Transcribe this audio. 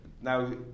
now